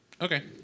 Okay